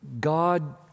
God